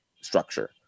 structure